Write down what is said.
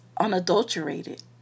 unadulterated